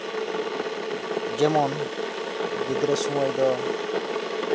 ᱡᱮᱢᱚᱱ ᱜᱤᱫᱽᱨᱟᱹ ᱥᱚᱢᱚᱭ ᱫᱚ